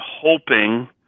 hoping